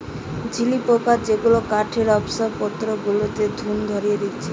ঝিঝি পোকা যেগুলা কাঠের আসবাবপত্র গুলাতে ঘুন ধরিয়ে দিতেছে